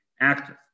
active